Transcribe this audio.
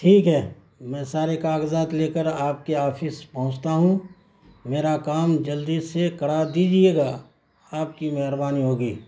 ٹھیک ہے میں سارے کاغذات لے کر آپ کے آپھس پہنچتا ہوں میرا کام جلدی سے کرا دیجیے گا آپ کی مہربانی ہوگی